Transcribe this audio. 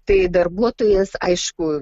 tai darbuotojas aišku